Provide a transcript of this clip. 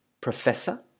professor